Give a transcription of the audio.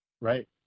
Right